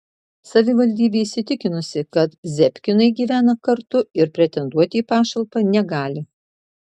savivaldybė įsitikinusi kad zebkinai gyvena kartu ir pretenduoti į pašalpą negali